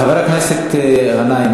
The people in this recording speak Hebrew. חבר הכנסת גנאים,